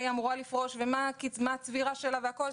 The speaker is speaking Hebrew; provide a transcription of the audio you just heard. מתי היא אמורה לפרוש ומה הצבירה שלה והכול.